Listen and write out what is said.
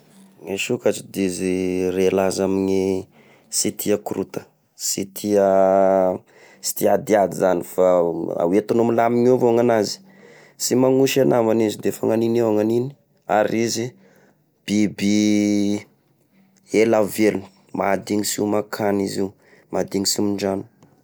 Gne sokatry di izy re laza amigne sy tia korota, sy tia sy tia adiady zany, fa hoetiny milamina avao gnanazy sy magnosy e namany defa ny agniny eo ny agny! Ary biby ela velo! Mahadigny sy homan-kany izy io! mahadigny sy mindrano.